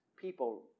people